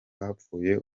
hapfuye